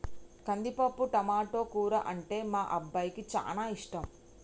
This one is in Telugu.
కందిపప్పు టమాటో కూర అంటే మా అబ్బాయికి చానా ఇష్టం